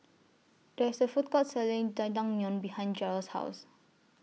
There IS A Food Court Selling Jajangmyeon behind Jerrell's House